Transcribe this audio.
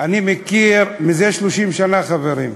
אני מכיר, וזה 30 שנה אנחנו חברים.